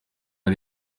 ayo